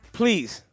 please